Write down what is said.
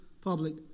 public